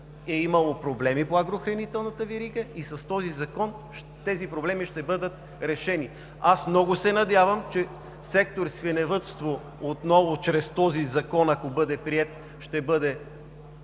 е имало проблеми по агрохранителната верига и с този закон тези проблеми ще бъдат решени. Аз много се надявам, че сектор „Свиневъдство“ чрез този закон, ако бъде приет, отново